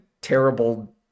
terrible